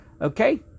Okay